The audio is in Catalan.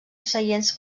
seients